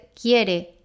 quiere